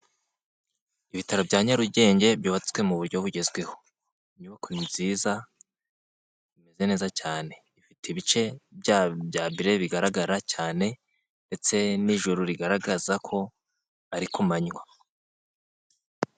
Ibitaro bya Nyarugenge byubatswe mu buryo bugezweho, inyubako nziza, imeze neza cyane, ifite ibice bya mbere bigaragara cyane ndetse n'ijuro rigaragaza ko ari ku manywa.